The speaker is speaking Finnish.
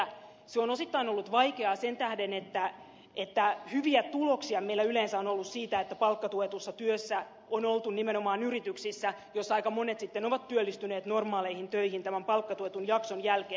se on osittain ollut vaikeaa sen tähden että hyviä tuloksia meillä on yleensä ollut siitä että palkkatuetussa työssä on oltu nimenomaan yrityksissä joissa aika monet sitten ovat työllistyneet normaaleihin töihin tämän palkkatuetun jakson jälkeen